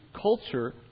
culture